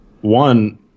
One